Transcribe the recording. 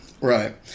Right